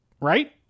Right